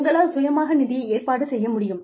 உங்களால் சுயமாக நிதியை ஏற்பாடு செய்ய முடியும்